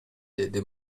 деди